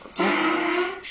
attack